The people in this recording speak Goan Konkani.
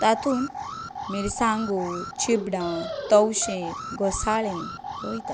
तातूंत मिरसांगो चिबडां तवशीं घोंसाळीं रोयतात